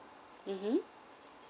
mmhmm